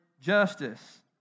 justice